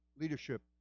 leadership